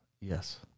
Yes